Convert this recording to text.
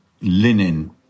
linen